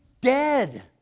dead